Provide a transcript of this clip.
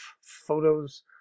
photos